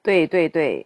对对对